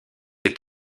est